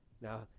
Now